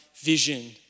vision